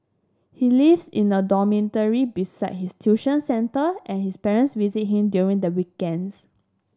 he lives in a dormitory beside his tuition centre and his parents visit him during the weekends